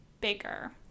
bigger